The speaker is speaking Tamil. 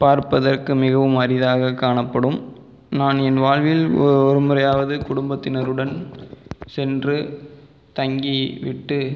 பார்ப்பதற்கு மிகவும் அரிதாக காணப்படும் நான் என் வாழ்வில் ஒரு முறையாவது குடும்பத்தினருடன் சென்று தங்கி விட்டு